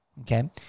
okay